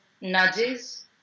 nudges